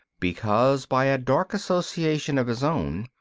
because, by a dark association of his own,